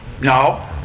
No